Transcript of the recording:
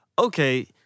Okay